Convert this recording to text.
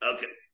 Okay